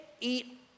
eat